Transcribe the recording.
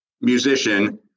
musician